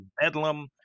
Bedlam